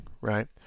right